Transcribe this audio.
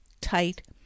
tight